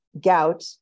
gout